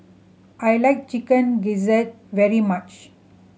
I like Chicken Gizzard very much